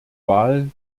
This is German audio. wahl